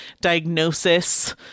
diagnosis